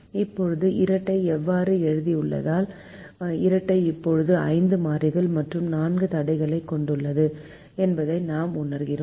இப்போது இரட்டை இவ்வாறு எழுதியுள்ளதால் இரட்டை இப்போது 5 மாறிகள் மற்றும் 4 தடைகளைக் கொண்டுள்ளது என்பதை நாம் உணர்கிறோம்